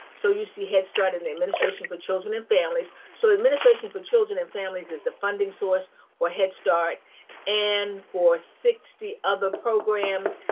so you see head start and the administration for children and families. so administration for children and families is the funding source for head start and for sixty other programs,